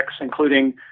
including